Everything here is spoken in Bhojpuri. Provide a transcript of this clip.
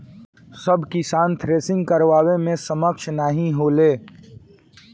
सब किसान थ्रेसिंग करावे मे सक्ष्म नाही होले